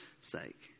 sake